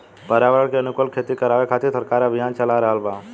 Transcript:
पर्यावरण के अनुकूल खेती करावे खातिर सरकार अभियान चाला रहल बा